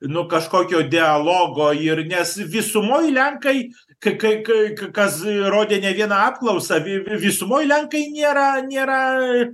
nu kažkokio dialogo ir nes visumoj lenkai kai kai kai kaz rodė ne vieną apklausą vi visumoj lenkai nėra nėra